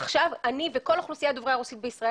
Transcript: עכשיו אני וכל אוכלוסיית דוברי הרוסית בישראל